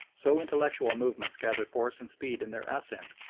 so intellectual movements gather force and speed in their ascent,